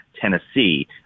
Tennessee